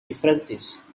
differences